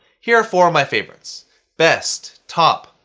here are four of my favorites best, top,